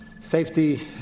safety